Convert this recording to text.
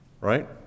right